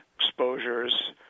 exposures